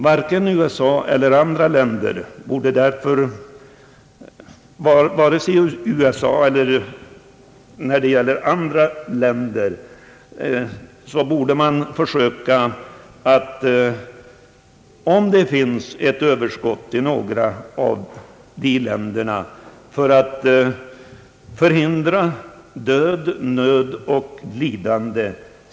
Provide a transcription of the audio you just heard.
Varken i USA eller andra länder borde det därför vara fråga om att bli av med ett besvärligt överskott, utan om att producera mera livsmedel för att genom export till fattiga länder förhindra död, nöd och lidande.